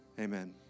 Amen